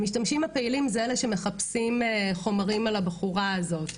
המשתמשים הפעילים זה אלה שמחפשים חומרים על הבחורה הזאת,